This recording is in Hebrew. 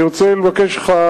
אני רוצה לבקש ממך,